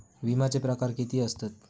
विमाचे प्रकार किती असतत?